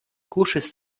kuŝis